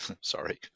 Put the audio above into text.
Sorry